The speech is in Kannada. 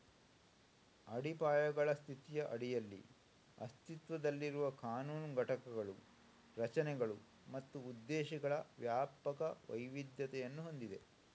ಅಡಿಪಾಯಗಳ ಸ್ಥಿತಿಯ ಅಡಿಯಲ್ಲಿ ಅಸ್ತಿತ್ವದಲ್ಲಿರುವ ಕಾನೂನು ಘಟಕಗಳು ರಚನೆಗಳು ಮತ್ತು ಉದ್ದೇಶಗಳ ವ್ಯಾಪಕ ವೈವಿಧ್ಯತೆಯನ್ನು ಹೊಂದಿವೆ